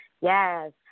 Yes